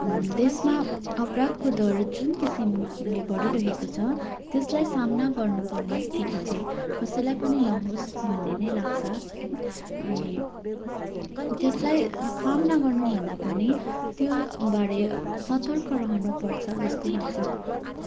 त्यसमा अपराधको दर जुन किसिमले बढिरहेको छ त्यसलाई सामना गर्नुपर्ने स्थिति चाहिँ कसैलाई पनि नहोस् भन्ने नै लाग्छ है अनि त्यसलाई सामना गर्नुभन्दा पनि त्योबारे सतर्क रहनुपर्छ जस्तो लाग्छ